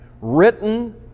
written